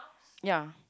ya